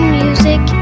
music